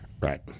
Right